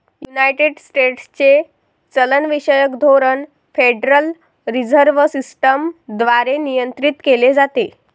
United स्टेट्सचे चलनविषयक धोरण फेडरल रिझर्व्ह सिस्टम द्वारे नियंत्रित केले जाते